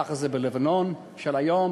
ככה זה בלבנון של היום,